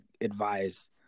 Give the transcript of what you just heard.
advise